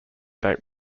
date